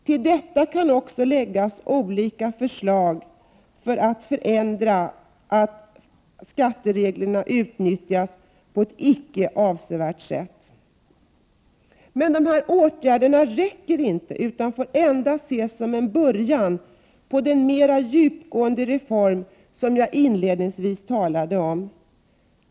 Till detta kan också läggas olika förslag att förhindra att skattereglerna utnyttjas på ett icke avsett sätt. Men de här åtgärderna räcker inte, utan får endast ses som en början på den mera djupgående reform som jag inledningsvis talade om.